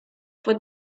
fue